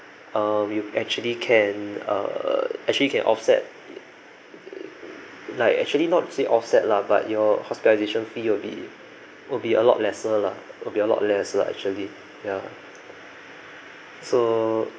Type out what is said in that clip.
uh we actually can uh actually can offset like actually not to say offset lah but your hospitalisation fee will be will be a lot lesser lah will be a lot less actually ya so